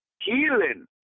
Healing